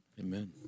Amen